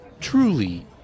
truly